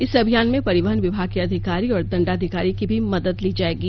इस अभियान में परिवहन विभाग के अधिकारी और दंडाधिकारी की भी मदद ली जाएगी